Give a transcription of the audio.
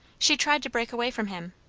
she tried to break away from him,